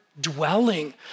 dwelling